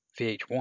VH1